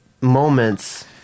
moments